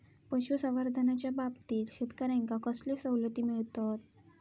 पशुसंवर्धनाच्याबाबतीत शेतकऱ्यांका कसले सवलती मिळतत?